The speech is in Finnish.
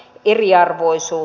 irja luisuu